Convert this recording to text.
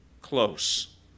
close